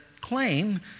claim